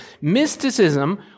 mysticism